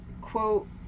quote